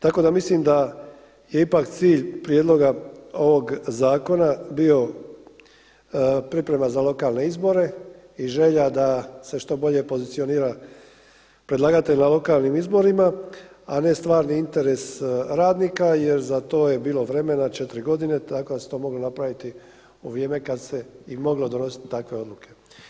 Tako da mislim da je ipak cilj prijedloga ovoga zakona bio priprema za lokalne izbore i želja da se što bolje pozicionira predlagatelj na lokalnim izborima a ne stvarni interes radnika jer za to je bilo vremena 4 godine tako da se to moglo napraviti u vrijeme kada se i moglo donositi takve odluke.